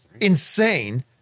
insane